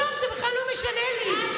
עזוב, זה בכלל לא משנה לי.